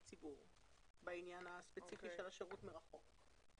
ציבור בעניין הספציפי של השירות מרחוק.